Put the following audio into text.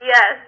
Yes